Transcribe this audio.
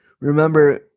remember